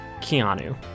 Keanu